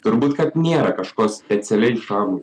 turbūt kad nėra kažko specialiai šamui